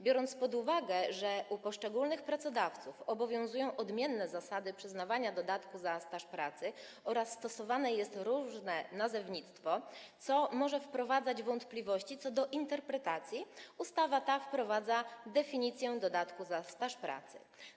Biorąc pod uwagę to, że u poszczególnych pracodawców obowiązują odmienne zasady przyznawania dodatku za staż pracy oraz jest stosowane różne nazewnictwo, co może budzić wątpliwości co do interpretacji, ustawa ta wprowadza definicję dodatku za staż pracy.